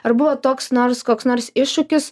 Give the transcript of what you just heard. ar buvo toks nors koks nors iššūkis